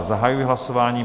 Zahajuji hlasování.